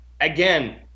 again